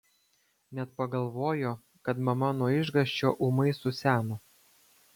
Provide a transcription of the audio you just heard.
net pagalvojo kad mama nuo išgąsčio ūmai suseno